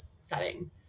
setting